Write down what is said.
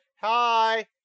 Hi